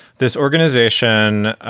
this organization,